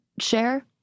share